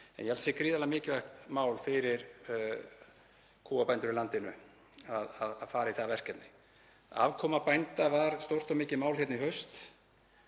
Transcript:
að það sé gríðarlega mikilvægt mál fyrir kúabændur í landinu að fara í það verkefni. Afkoma bænda var stórt og mikið mál hérna í